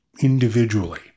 individually